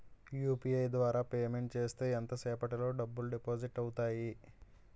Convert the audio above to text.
UPI ద్వారా payment చేస్తే ఎంత సేపటిలో డబ్బులు డిపాజిట్ అవుతాయి?